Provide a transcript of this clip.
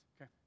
Okay